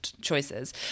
choices